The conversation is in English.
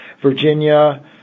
Virginia